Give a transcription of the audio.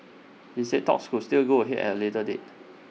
he said talks could still go ahead at A later date